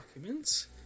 documents